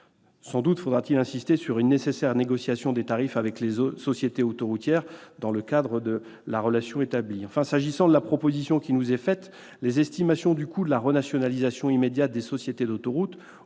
Sans doute faudra-t-il insister sur la nécessaire négociation des tarifs avec les sociétés autoroutières dans le cadre établi. S'agissant de la proposition qui nous est soumise, les estimations du coût de la renationalisation immédiate des sociétés d'autoroutes